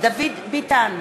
דוד ביטן,